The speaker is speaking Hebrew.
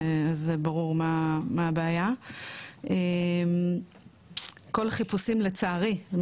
ברור מה הבעיה, כל החיפושים לצערי.